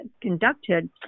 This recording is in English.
conducted